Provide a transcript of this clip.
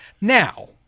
Now